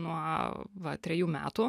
nuo va trejų metų